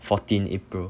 fourteen april